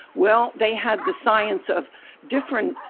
well, they had the science of different,